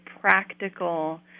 practical